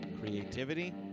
Creativity